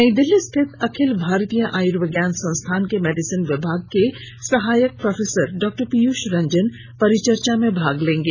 नई दिल्ली स्थित अखिल भारतीय आयुर्विज्ञान संस्थान के मेडिसिन विभाग के सहायक प्रोफेसर डॉक्टर पीयूष रंजन परिचर्चा में भाग लेंगे